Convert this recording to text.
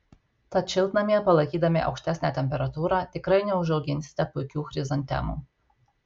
tad šiltnamyje palaikydami aukštesnę temperatūrą tikrai neužauginsite puikių chrizantemų